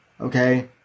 Okay